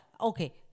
okay